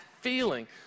feeling